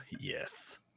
yes